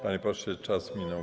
Panie pośle, czas minął.